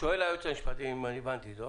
שואל היועץ המשפטי, אם הבנתי אותו,